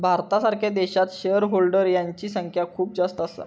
भारतासारख्या देशात shareholder यांची संख्या खूप जास्त असा